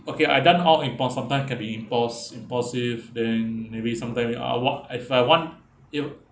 okay I've done out of impulse sometime can be impuls~ impulsive then maybe sometime we uh what if I want if